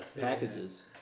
Packages